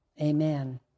Amen